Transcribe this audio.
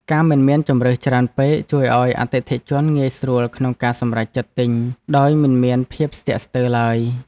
ការមិនមានជម្រើសច្រើនពេកជួយឱ្យអតិថិជនងាយស្រួលក្នុងការសម្រេចចិត្តទិញដោយមិនមានភាពស្ទាក់ស្ទើរឡើយ។